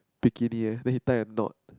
bikini eh then he tie a knot